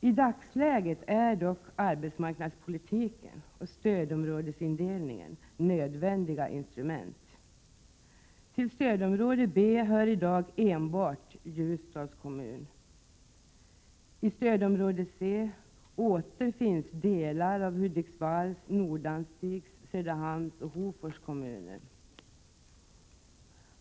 I dagsläget är dock arbetsmarknadspolitiken och stödområdesindelningen nödvändiga instrument. Till stödområde B hör i dag enbart Ljusdals kommun. I stödområde C återfinns delar av Hudiksvalls, Nordanstigs, Söderhamns och Hofors kommuner.